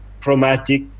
chromatic